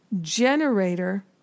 generator